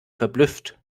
verblüfft